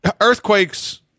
earthquakes